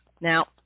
Now